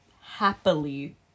happily